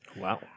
Wow